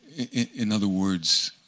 in other words,